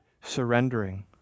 surrendering